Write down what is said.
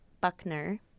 Buckner